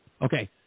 Okay